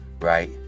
right